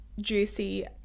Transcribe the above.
juicy